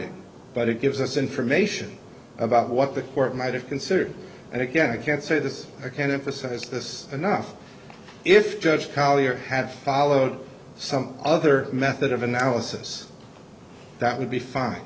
binding but it gives us information about what the court might have considered and again i can say this i can't emphasize this enough if judge collier had followed some other method of analysis that would be fine